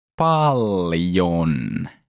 Paljon